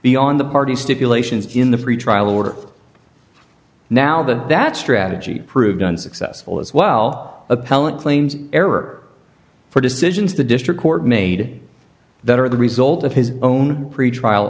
beyond the party stipulations in the pretrial order now the that strategy proved unsuccessful as well appellant claims error for decisions the district court made that are the result of his own pretrial